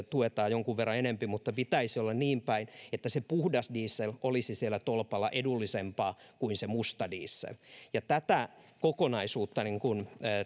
tuetaan jonkun verran enempi mutta pitäisi olla niin päin että se puhdas diesel olisi siellä tolpalla edullisempaa kuin se musta diesel tätä kokonaisuutta